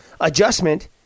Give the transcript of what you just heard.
adjustment